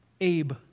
Abe